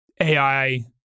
AI